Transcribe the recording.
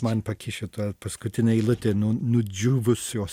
man pakišo ta paskutinė eilutė nuo nudžiūvusios